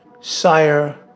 Sire